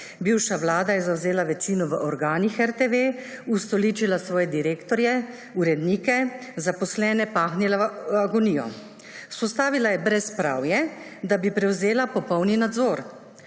Bivša vlada je zavzela večino v organih RTV, ustoličila svoje direktorje, urednike, zaposlene pahnile v agonijo. Vzpostavila je brezpravje, da bi prevzela popolni nadzor.